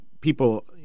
people